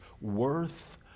worth